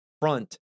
front